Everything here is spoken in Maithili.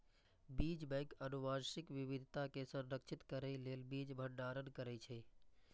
बीज बैंक आनुवंशिक विविधता कें संरक्षित करै लेल बीज भंडारण करै छै